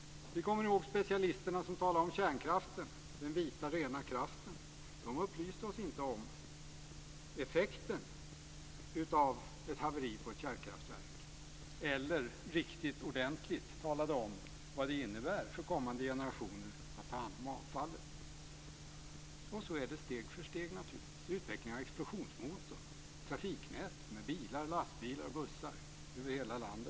Vi kommer också ihåg de specialister som talade om kärnkraften, om den vita rena kraften. De upplyste oss inte om effekten av ett haveri på ett kärnkraftverk och de talade inte heller riktigt ordentligt om vad det innebär för kommande generationer att ta hand om avfallet. Så är det naturligtvis steg för steg. Vidare har vi utvecklingen av explosionsmotorn och trafiknätet med bilar, lastbilar och bussar över hela landet.